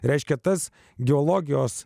reiškia tas geologijos